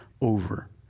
over